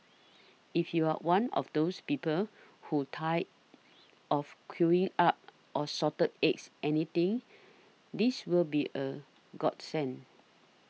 if you're one of those people who's tired of queuing up or Salted Eggs anything this will be a godsend